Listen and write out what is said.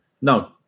no